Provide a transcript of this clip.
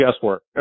guesswork